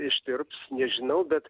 ištirps nežinau bet